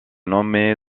nommé